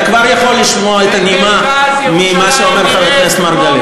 אתה כבר יכול לשמוע את הנימה ממה שאומר חבר הכנסת מרגלית.